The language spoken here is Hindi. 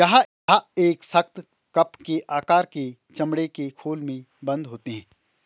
यह एक सख्त, कप के आकार के चमड़े के खोल में बन्द होते हैं